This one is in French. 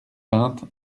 vingt